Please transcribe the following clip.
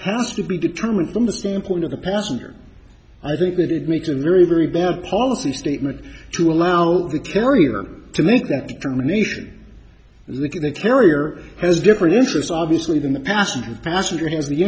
has to be determined from the standpoint of the passenger i think that it makes a very very bad policy statement to allow the carrier to make that determination and look at the carrier has different interests obviously than the passenger passenger has the